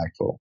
impactful